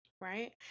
right